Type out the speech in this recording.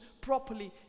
properly